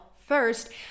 first